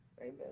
Amen